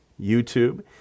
YouTube